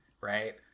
right